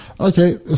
Okay